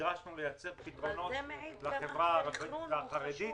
נדרשנו לייצר פתרונות לחברה הערבית והחרדית.